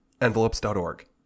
Envelopes.org